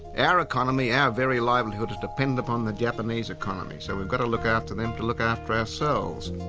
our economy, our very livelihood is dependent upon the japanese economy, so we've got to look after them, to look after ourselves.